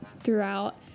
throughout